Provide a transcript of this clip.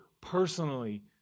personally